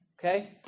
okay